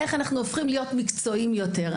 איך אנחנו הופכים להיות מקצועיים יותר.